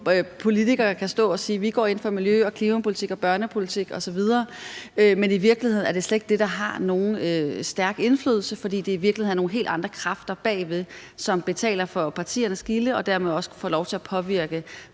politikere kan stå og sige, at de går ind for miljøpolitik og klimapolitik og børnepolitik osv., men hvor det i virkeligheden slet ikke er det, der har nogen stærk indflydelse, fordi det i virkeligheden er nogle helt andre kræfter bagved, som betaler for partiernes gilde og dermed også får lov til at påvirke